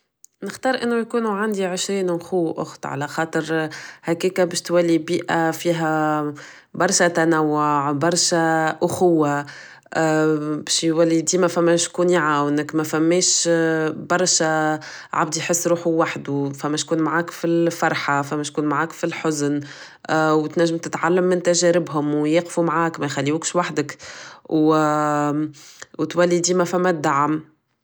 نختار انو يكونو عندي عشرين خو و اخت علخاطر هكاك بش تولي بيئة فيها برشا تنوع برشا اخوة بش يولي ديما فما شكون يعاونك مفماش برشا عبد يحس روحو وحدو فما شكون معاك فالفرحة فما شكون معاك فلحزن و تنجم تتعلم من تجاربهم و يوقفو معاك مايخليوكش وحدك و تولي ديما فما دعم